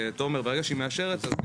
תומר, ברגע שהיא מאשרת יש עליה גם